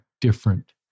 different